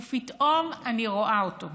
ופתאום אני רואה אותו.